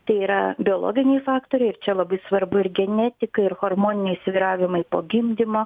tai yra biologiniai faktoriai ir čia labai svarbu ir genetika ir hormoniniai svyravimai po gimdymo